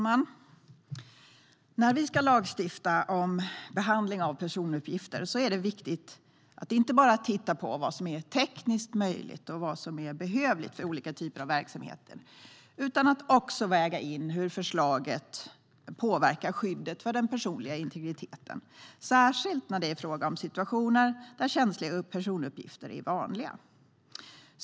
Herr talman! När vi ska lagstifta om behandling av personuppgifter är det viktigt att inte bara titta på vad som är tekniskt möjligt och behövligt för olika typer av verksamheter utan också väga in hur förslaget påverkar skyddet för den personliga integriteten. Det gäller särskilt när det är fråga om situationer där känsliga personuppgifter är vanliga.